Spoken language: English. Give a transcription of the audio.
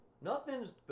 Nothing's